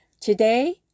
Today